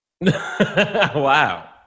Wow